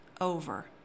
over